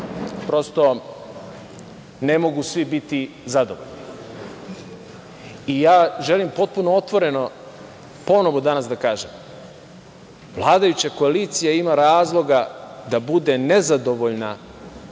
prosto ne mogu svi biti zadovoljni. Želim potpuno otvoreno ponovo danas da kažem, vladajuća koalicija ima razloga da bude nezadovoljna